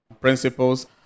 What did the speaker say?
principles